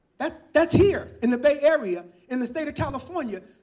that's that's here in the bay area in the state of california.